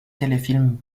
téléfilm